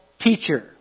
teacher